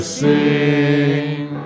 sing